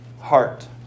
heart